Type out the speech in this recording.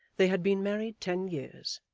they had been married ten years,